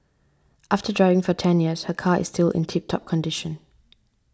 after driving for ten years her car is still in tip top condition